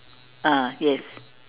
ah yes